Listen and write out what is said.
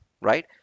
right